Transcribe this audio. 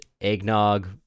eggnog